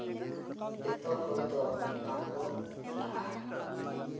ᱡᱚᱛᱚ ᱦᱚᱲᱫᱚ ᱵᱟᱝᱠᱚ ᱪᱟᱞᱟᱜᱼᱟ